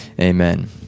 amen